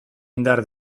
indar